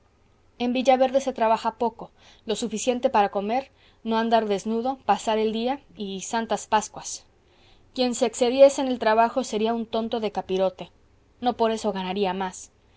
en villaverde se trabaja poco lo suficiente para comer no andar desnudo pasar el día y santas pascuas quien se excediese en el trabajo sería un tonto de capirote no por eso ganaría más